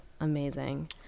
amazing